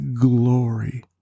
glory